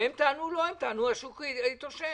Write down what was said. והם טענו שהשוק התאושש.